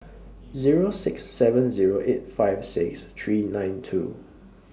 Zero six seven Zero eight five six three nine two